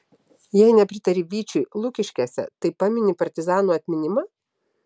jei nepritari vyčiui lukiškėse tai pamini partizanų atminimą